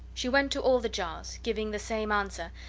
she went to all the jars, giving the same answer,